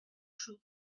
fond